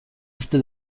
uste